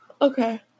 Okay